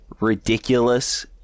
ridiculous